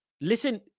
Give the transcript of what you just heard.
Listen